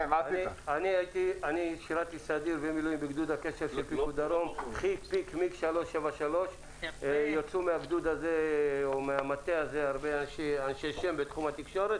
אני שירתי בסדיר ומילואים בגדוד הקשר של פיקוד דרום 373. יצאו מהגדוד הזה או מהמטה הזה הרבה אנשי שם בתחום התקשורת